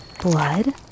blood